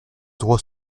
droit